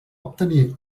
obtenir